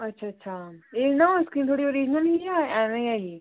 अच्छा अच्छा एह् हल्का इ'यां थुहाड़े कोल ओरिजनल निं ऐह्मे आई